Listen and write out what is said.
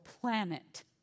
planet